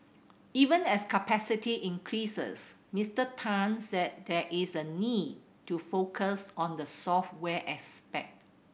even as capacity increases Mister Tan said there is a need to focus on the software aspect